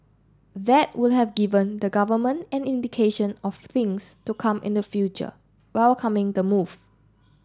that would have given the government an indication of things to come in the future welcoming the move